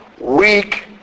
weak